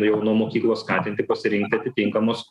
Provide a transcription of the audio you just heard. jau nuo mokyklos skatinti pasirinkti atitinkamos